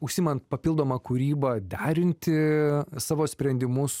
užsiimant papildoma kūryba derinti savo sprendimus